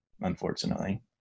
Unfortunately